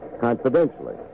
Confidentially